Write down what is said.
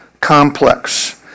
complex